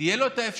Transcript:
תהיה לו האפשרות